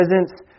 presence